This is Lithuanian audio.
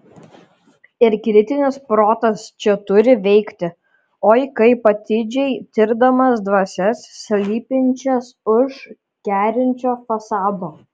ir kritinis protas čia turi veikti oi kaip atidžiai tirdamas dvasias slypinčias už kerinčio fasado